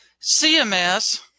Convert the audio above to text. CMS